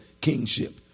kingship